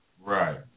right